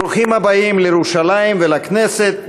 ברוכים הבאים לירושלים ולכנסת.